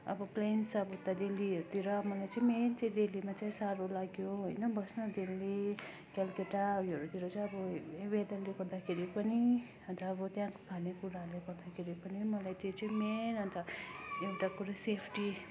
अब प्लेन्स उता दिल्लीहरूतिर मलाई चाहिँ मेन चाहिँ दिल्लीमा चाहिँ साह्रो लाग्यो होइन बस्न दिल्ली कलकत्ता उयोहरूतिर चाहिँ वेदरले गर्दाखेरि पनि अन्त अब त्यहाँको खानेकुराहरूले गर्दाखेरि पनि मलाई त्यो चाहिँ मेन अन्त एउटा कुरा सेफ्टी